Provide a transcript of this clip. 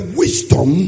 wisdom